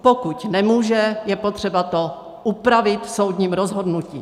Pokud nemůže, je potřeba to upravit soudním rozhodnutím.